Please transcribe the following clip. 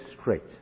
straight